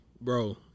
bro